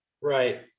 Right